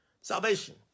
salvation